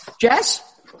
Jess